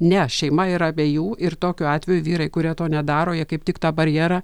ne šeima yra abiejų ir tokiu atveju vyrai kurie to nedaro jie kaip tik tą barjerą